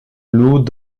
loup